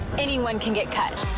anyone can get cut.